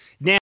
Now